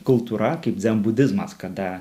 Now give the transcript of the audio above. kultūra kaip dzenbudizmas kada